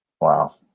wow